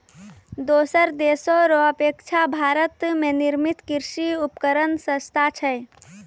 दोसर देशो रो अपेक्षा भारत मे निर्मित कृर्षि उपकरण सस्ता छै